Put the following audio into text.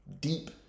deep